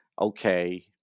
okay